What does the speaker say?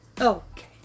Okay